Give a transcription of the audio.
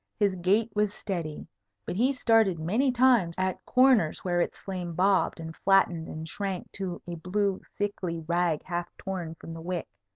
his gait was steady but he started many times at corners where its flame bobbed and flattened and shrunk to a blue, sickly rag half torn from the wick.